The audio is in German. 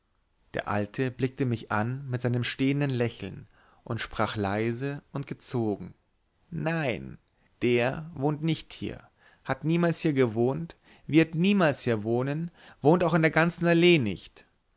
der alte blickte mich an mit seinem stehenden lächeln und sprach leise und gezogen nein der wohnt nicht hier hat niemals hier gewohnt wird niemals hier wohnen wohnt auch in der ganzen allee nicht